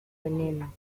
veneno